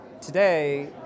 Today